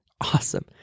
Awesome